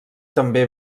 també